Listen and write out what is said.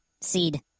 Seed